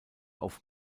auf